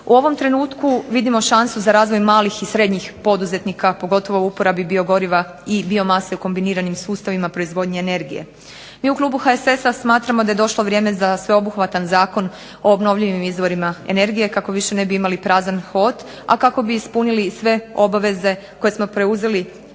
U ovom trenutku vidimo šansu za razvoj malih i srednjih poduzetnika, pogotovo u uporabi biogoriva i biomase u kombiniranim sustavima proizvodnje energije. Mi u klubu HSS-a smatramo da je došlo vrijeme za sveobuhvatan Zakon o obnovljivim izvorima energije, kako više ne bi imali prazan hod, a kako bi ispunili sve obveze koje smo preuzeli